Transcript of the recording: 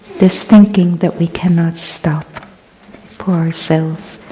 this thinking that we cannot stop for ourselves.